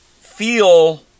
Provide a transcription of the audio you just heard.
feel